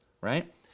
right